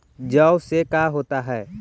जौ से का होता है?